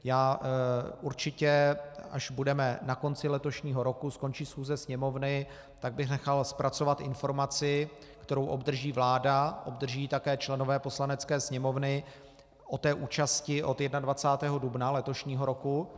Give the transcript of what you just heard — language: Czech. Já určitě, až na konci letošního roku skončí schůze Sněmovny, tak bych nechal zpracovat informaci, kterou obdrží vláda, obdrží ji také členové Poslanecké sněmovny, o účasti od 21. dubna letošního roku.